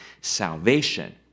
salvation